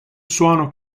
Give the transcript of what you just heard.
suono